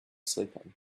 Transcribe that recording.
sleeping